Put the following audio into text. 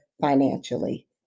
financially